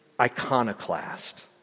iconoclast